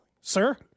Sir